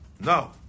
No